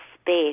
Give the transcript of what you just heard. space